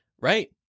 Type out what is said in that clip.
Right